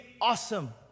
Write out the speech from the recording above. awesome